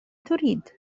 تريد